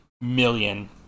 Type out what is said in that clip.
million